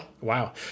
Wow